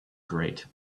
great